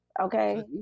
Okay